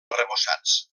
arrebossats